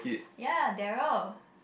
ya Darrel